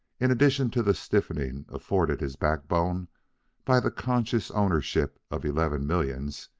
in addition to the stiffening afforded his backbone by the conscious ownership of eleven millions,